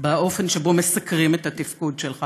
באופן שבו מסקרים את התפקוד שלך